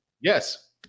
Yes